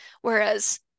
Whereas